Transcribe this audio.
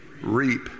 reap